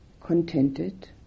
contented